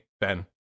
Ben